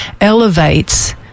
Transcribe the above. elevates